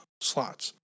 slots